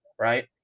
right